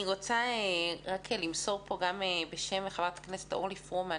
אני רוצה רק למסור פה גם בשם חברת הכנסת אורלי פרומן,